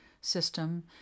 system